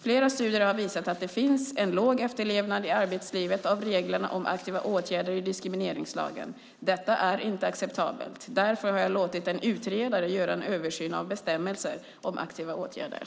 Flera studier har visat att det finns en låg efterlevnad i arbetslivet av reglerna om aktiva åtgärder i diskrimineringslagen. Detta är inte acceptabelt. Därför har jag har låtit en utredare göra en översyn av bestämmelser om aktiva åtgärder.